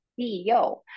CEO